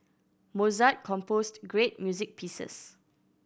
Mozart composed great music pieces